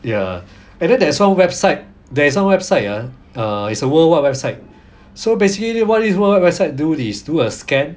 ya and then there's one website there is one website ah err it's a worldwide website so basically what this worldwide website do is do a scan